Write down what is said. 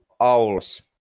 owls